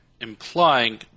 implying